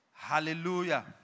Hallelujah